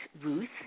Ruth